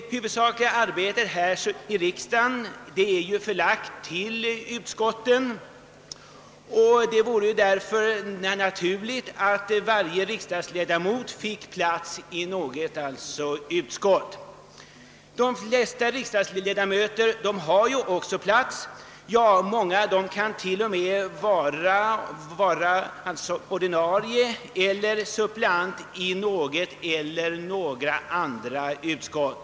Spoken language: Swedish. Det huvudsakliga arbetet här i riksdagen är ju också förlagt till utskotten. Det vore därför naturligt att varje riksdagsledamot fick plats i något utskott. De flesta riksdagsledamöter har också det. Många är ordinarie 1edamot och t.o.m. suppleant i flera utskott.